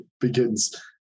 begins